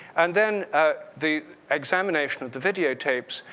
and then ah the examination of the video tapes,